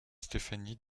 stéphanie